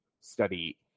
study